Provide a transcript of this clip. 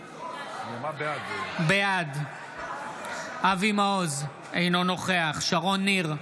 בעד אבי מעוז, אינו נוכח שרון ניר,